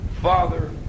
Father